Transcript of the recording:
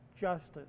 justice